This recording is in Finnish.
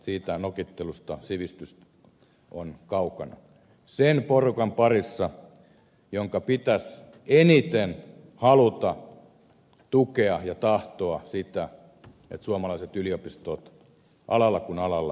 siitä nokittelusta sivistys on kaukana sen porukan parissa jonka pitäisi eniten haluta tukea ja tahtoa sitä että suomalaiset yliopistot alalla kuin alalla menisivät eteenpäin